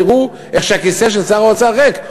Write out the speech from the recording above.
תראו איך שהכיסא של שר האוצר ריק.